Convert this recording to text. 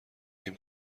این